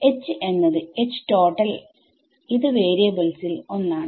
H എന്നത് H total ഇത് വാരിയബിൾസിൽ ഒന്നാണ്